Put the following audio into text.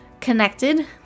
connected